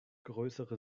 größere